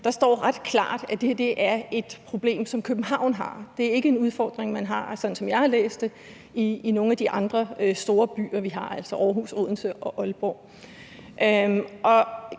står der ret klart, at det her er et problem, som København har. Det er ikke en udfordring, som man – sådan som jeg har læst det – har i nogen af de andre store byer, vi har, altså Aarhus, Odense og Aalborg.